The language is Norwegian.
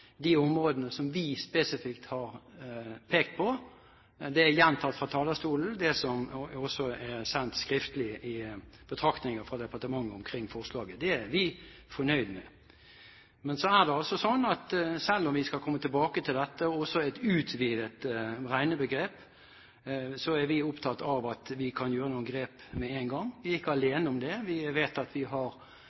de områdene som vi spesifikt har pekt på. De er gjentatt fra talerstolen, de skriftlige betraktningene som også er sendt fra departementet omkring forslaget. Det er vi fornøyd med. Men selv om vi skal komme tilbake til dette, også et utvidet regnebegrep, er vi opptatt av at vi kan gjøre noen grep med en gang. Vi er ikke alene om det. Vi vet at vi har